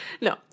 No